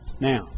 Now